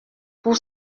pour